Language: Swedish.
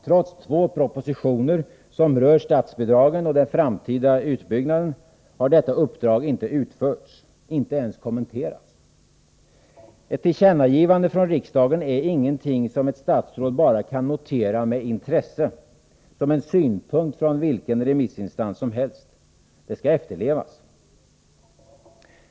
Trots två propositioner, som rör statsbidragen och den framtida utbyggnaden, har detta uppdrag inte utförts, inte ens kommenterats. Ett tillkännagivande från riksdagen är ingenting som ett statsråd bara kan notera med intresse, som en synpunkt från vilken remissinstans som helst. Det skall efterlevas.